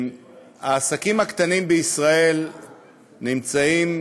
העסקים הקטנים בישראל נמצאים